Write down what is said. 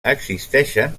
existeixen